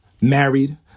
married